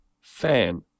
fan